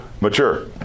mature